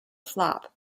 flop